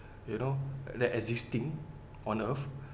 you know that existing on earth